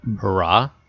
hurrah